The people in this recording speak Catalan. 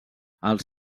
els